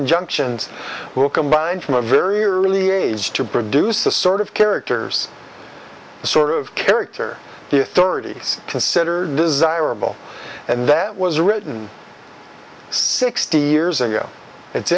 injunctions were combined from a very early age to produce the sort of characters the sort of character the authorities consider desirable and that was written sixty years ago it's